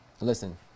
Listen